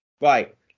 Right